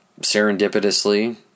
serendipitously